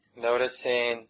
Noticing